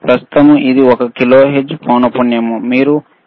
ప్రస్తుతం ఇది ఒక కిలోహెర్ట్జ్ పౌనపున్యం